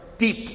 deep